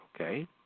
okay